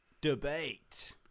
Debate